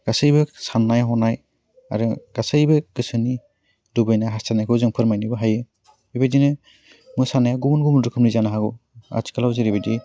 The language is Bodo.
गासैबो सान्नाय हनाय आरो गासैबो गोसोनि लुबैनाय हास्थायनायखौ जों फोरमायनोबो हायो बेबायदिनो मोसानाया गुबुन गुबुन रोखोमनि जानो हागौ आथिखालाव जेरैबायदि